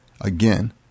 again